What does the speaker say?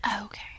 okay